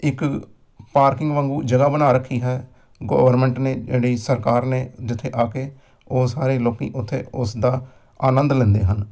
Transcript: ਇੱਕ ਪਾਰਕਿੰਗ ਵਾਂਗੂ ਜਗ੍ਹਾ ਬਣਾ ਰੱਖੀ ਹੈ ਗੌਵਰਮੈਂਟ ਨੇ ਜਿਹੜੀ ਸਰਕਾਰ ਨੇ ਜਿੱਥੇ ਆ ਕੇ ਉਹ ਸਾਰੇ ਲੋਕ ਉੱਥੇ ਉਸ ਦਾ ਆਨੰਦ ਲੈਂਦੇ ਹਨ